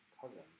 cousin